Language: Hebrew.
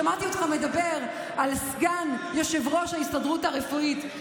שמעתי אותך מדבר על סגן יושב-ראש ההסתדרות הרפואית.